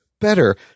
better